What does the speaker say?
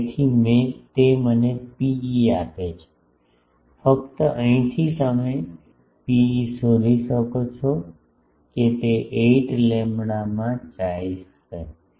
તેથી તે મને ρe આપે છે ફક્ત અહીંથી તમે ρe શોધી શકો છો કે તે 8 લેમ્બડામાં chi હશે